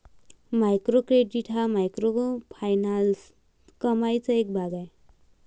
micro credit हा microfinance कमाईचा एक भाग आहे